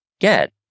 get